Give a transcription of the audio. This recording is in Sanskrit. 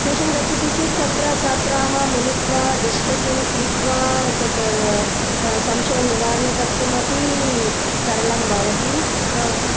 ट्यूशन् गच्छति चेत् तत्र छात्राः मिलित्वा डिश्कशन् कृत्वा तत् संशयनिवारणं कर्तुमपि सरलं भवति